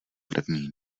první